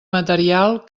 material